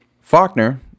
Faulkner